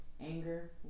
Anger